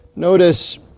Notice